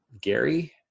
Gary